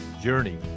journey